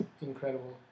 incredible